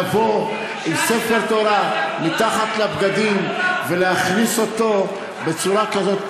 לבוא עם ספר תורה מתחת לבגדים ולהכניס אותו בצורה כזאת,